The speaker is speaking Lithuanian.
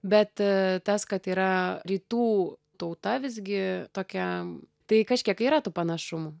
bet tas kad yra rytų tauta visgi tokia tai kažkiek yra tų panašumų